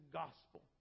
gospel